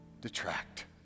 detract